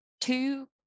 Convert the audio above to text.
two